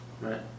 Right